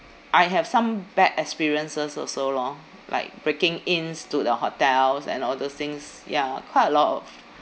I have some bad experiences also lor like breaking ins to the hotels and all those things ya quite a lot of